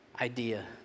idea